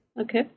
Okay